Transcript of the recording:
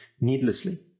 needlessly